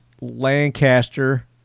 Lancaster